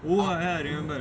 oh ya I remembered